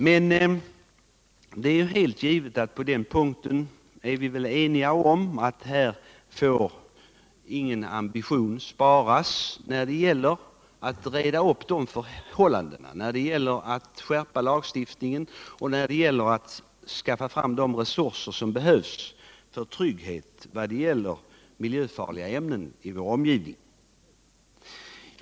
Men det är helt givet att vi på den punkten är eniga om att ingen ambition får sparas när det gäller att reda upp förhållandena, när det gäller att skärpa lagstiftningen och när det gäller att skaffa fram de resurser som behövs för att skapa trygghet vid hanteringen av miljöfarliga ämnen i vår omgivning.